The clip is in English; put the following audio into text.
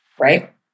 Right